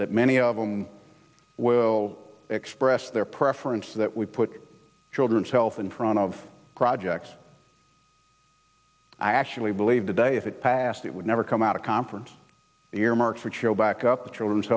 that many of them will express their preference that we put children's health in front of projects i actually believe today if it passed it would never come out of conference the earmark for chill back up the children's